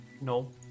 No